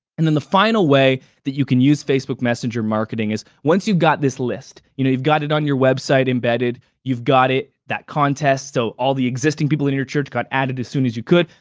and then the final way that you can use facebook messenger marketing is once you've got this list. you know you've got it on your website embedded. you've got it, that contest, so all the existing people in your church got added as soon as you could.